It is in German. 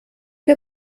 wir